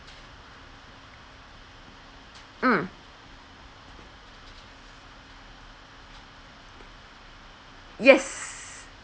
mm yes